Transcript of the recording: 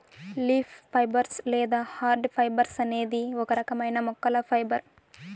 leaf fibres లేదా hard fibres అనేది ఒక రకమైన మొక్కల ఫైబర్